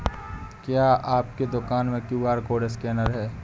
क्या आपके दुकान में क्यू.आर कोड स्कैनर है?